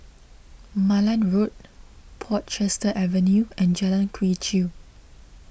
Malan Road Portchester Avenue and Jalan Quee Chew